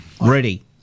ready